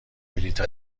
بلیط